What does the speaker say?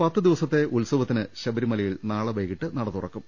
പത്ത് ദിവസത്തെ ഉത്സവത്തിന് ശബരിമലയിൽ നാളെ വൈകീട്ട് നട തുറക്കും